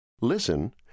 Listen